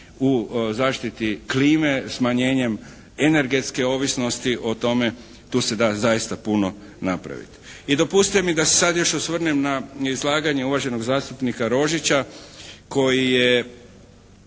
u zaštiti klime smanjenjem energetske ovisnosti o tome, tu se da zaista puno napraviti. I dopustite da se sada još osvrnem na izlaganje uvaženog zastupnika Rožića koji je